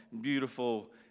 beautiful